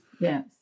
Yes